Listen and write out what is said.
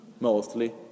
Mostly